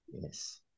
yes